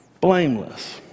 Blameless